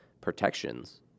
protections